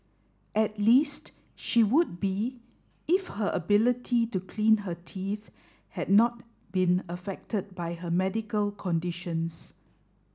at least she would be if her ability to clean her teeth had not been affected by her medical conditions